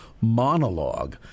monologue